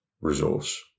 resource